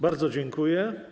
Bardzo dziękuję.